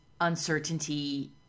uncertainty